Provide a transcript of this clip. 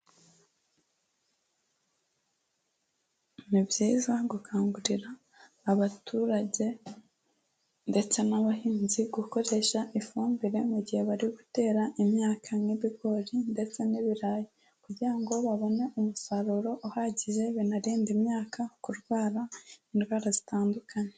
Ni byiza gukangurira abaturage, ndetse n'abahinzi, gukoresha ifumbire mu gihe bari gutera imyaka nk'ibigori ndetse n'ibirayi. Kugira ngo babone umusaruro uhagije banarinde imyaka kurwara indwara zitandukanye.